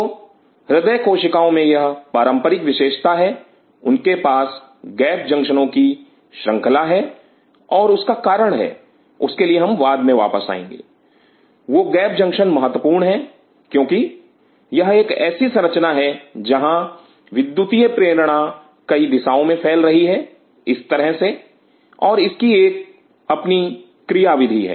तो हृदय कोशिकाओं में यह पारंपरिक विशेषता है उनके पास गैप जंक्शनो की श्रंखला है और उसका कारण है उसके लिए हम बाद में वापस आएंगे वो गैप जंक्शन महत्वपूर्ण है क्योंकि यह एक ऐसी संरचना है जहां विद्युतीय प्रेरणा कई दिशाओं में फैलती है इस तरह से और इसकी अपनी एक क्रियाविधि है